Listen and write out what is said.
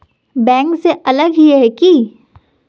Bank से अलग हिये है की?